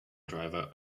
driver